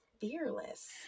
fearless